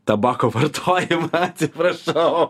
tabako vartojimą atsiprašau